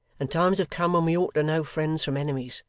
and times have come when we ought to know friends from enemies,